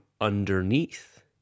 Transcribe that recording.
underneath